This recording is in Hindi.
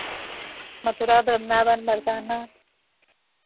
मथुरा वृन्दावन बरसाना